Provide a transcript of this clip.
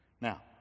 Now